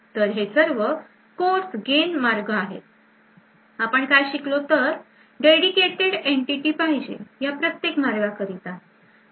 तर हे सर्व Course gain मार्ग आहे आपण काय शिकलो तर dedicated entity पाहिजे या प्रत्येक मार्गा करिता